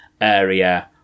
area